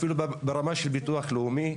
אפילו ברמה של ביטוח לאומי.